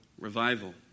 revival